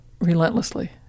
relentlessly